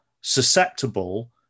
susceptible